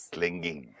Clinging